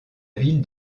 ville